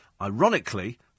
Ironically